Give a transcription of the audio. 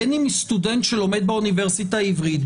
בין אם זה סטודנט שלומד באוניברסיטה העברית,